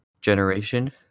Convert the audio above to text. generation